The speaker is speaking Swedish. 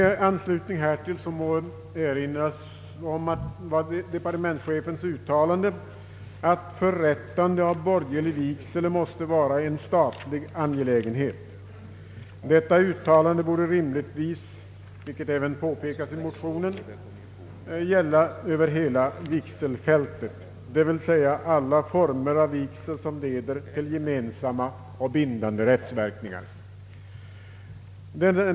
I anslutning härtill må erinras om departementschefens uttalande att förrättande av borgerlig vigsel måste vara en statlig angelägenhet. Detta uttalande borde rimligtvis, vilket även påpekas i motionerna, gälla över hela vigselfältet, dvs. för alla former av vigsel som leder till gemensamma och bindande rättsverkningar.